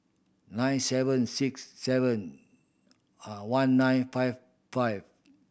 nine seven six seven one nine five five